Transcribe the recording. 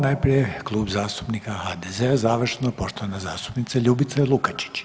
Najprije Klub zastupnika HDZ-a završno poštovana zastupnica Ljubica Lukačić,